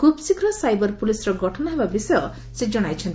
ଖୁବ୍ ଶୀଘ୍ର ସାଇବର ପୁଲିସ୍ର ଗଠନ ହେବା ବିଷୟ ସେ ଜଣାଇଛନ୍ତି